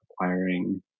acquiring